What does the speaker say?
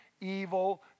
evil